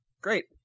Great